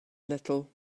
little